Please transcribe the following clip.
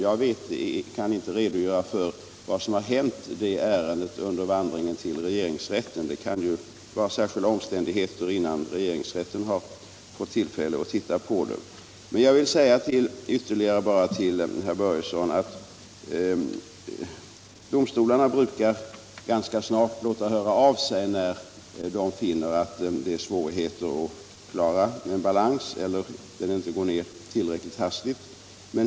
Jag kan inte redogöra för vad som har hänt i det ärendet under dess vandring till regeringsrätten — det kan ju ha förelegat särskilda omständigheter som gjort att det dröjt innan regeringsrätten fått tillfälle att avgöra ärendet. Jag vill ytterligare säga till herr Börjesson att domstolarna brukar låta höra av sig ganska snart när de finner att de har svårt att klara av ärendena eller när balansen inte går ner tillräckligt hastigt.